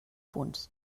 punts